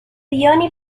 ioni